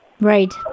Right